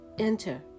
enter